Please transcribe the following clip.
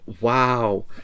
wow